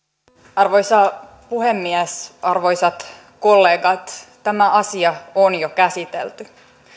arvoisa puhemies arvoisat kollegat tämä asia on jo käsitelty